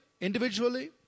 individually